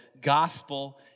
Gospel